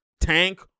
tank